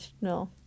no